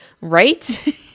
Right